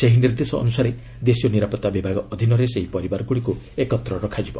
ଏହି ନିର୍ଦ୍ଦେଶ ଅନୁସାରେ ଦେଶୀୟ ନିରାପତ୍ତା ବିଭାଗ ଅଧୀନରେ ସେହି ପରିବାରଗୁଡ଼ିକ୍ ଏକତ୍ର ରଖାଯିବ